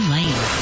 Lane